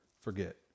forget